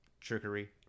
trickery